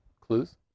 clues